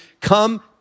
come